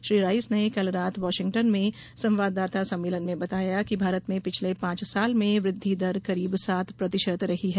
Shri Rice ने कल रात वाशिंगटन में संवाददाता सम्मेलन में बताया कि भारत में पिछले पांच साल में वृद्धि दर करीब सात प्रतिशत रही है